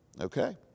Okay